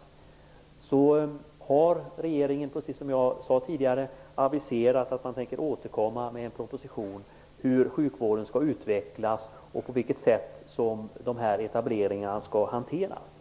Precis som jag tidigare sade har regeringen aviserat att man tänker återkomma med en proposition om hur sjukvården skall utvecklas och på vilket sätt som etableringarna skall hanteras.